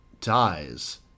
dies